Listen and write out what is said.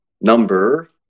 number